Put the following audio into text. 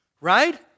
right